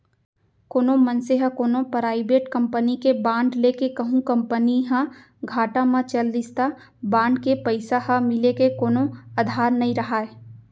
कोनो मनसे ह कोनो पराइबेट कंपनी के बांड ले हे कहूं कंपनी ह घाटा म चल दिस त बांड के पइसा ह मिले के कोनो अधार नइ राहय